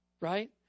right